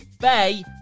Bay